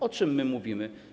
O czym my mówimy?